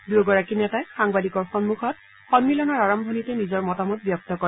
দুয়োগৰাকী নেতাই সাংবাদিকৰ সন্মুখত সন্মিলনৰ আৰম্ভণিতে নিজৰ মতামত ব্যক্ত কৰে